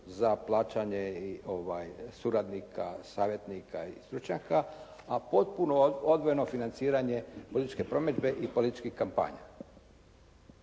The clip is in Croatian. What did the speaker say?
za plaćanje suradnika, savjetnika i stručnjaka, a potpuno odvojeno financiranje političke promidžbe i političkih kampanja.